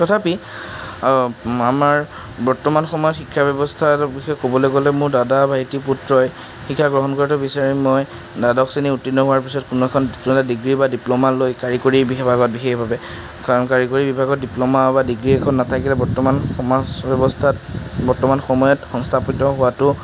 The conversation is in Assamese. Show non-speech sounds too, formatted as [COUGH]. তথাপি আমাৰ বৰ্তমান সময়ত শিক্ষা ব্য়ৱস্থাতোৰ বিষয়ে ক'বলৈ গ'লে মোৰ দাদা ভাইটিৰ পুত্ৰই শিক্ষা গ্ৰহণ কৰাটো বিচাৰিম মই দ্বাদশ শ্ৰেণী উত্তীৰ্ণ হোৱাৰ পিছত কোনো এখন [UNINTELLIGIBLE] ডিগ্ৰী বা ডিপ্লমা লৈ কাৰিকৰী বিভাগত বিশেষভাৱে কাৰণ কাৰিকৰী বিভাগত ডিপ্লমা বা ডিগ্ৰী এখন নাথাকিলে বৰ্তমান সমাজ ব্য়ৱস্থাত বৰ্তমান সময়ত সংস্থাপিত হোৱাতো